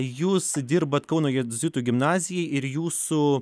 jūs dirbat kauno jėzuitų gimnazijai ir jūsų